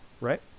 right